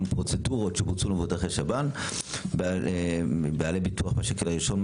פרוצדורות שבוצעו למבוטחי שב"ן בעלי ביטוח מהשקל הראשון,